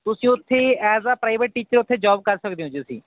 ਤੁਸੀਂ ਉੱਥੇ as a private teacher ਉੱਥੇ ਜੋਬ ਕਰ ਸਕਦੇ ਹੋ ਜੀ ਤੁਸੀਂ